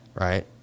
right